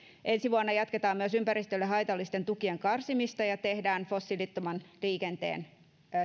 ensi vuonna jatketaan myös ympäristölle haitallisten tukien karsimista ja tehdään fossiilittoman liikenteen